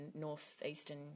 northeastern